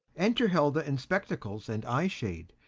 enter hilda in spectacles and eye shade,